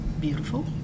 beautiful